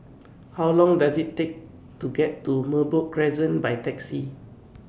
How Long Does IT Take to get to Merbok Crescent By Taxi